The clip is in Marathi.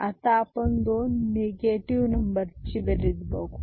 आता आपण दोन निगेटिव नंबर ची बेरीज बघू